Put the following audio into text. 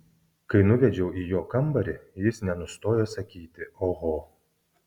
kai nuvedžiau į jo kambarį jis nenustojo sakyti oho